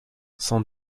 sans